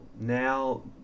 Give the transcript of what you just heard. now